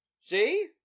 See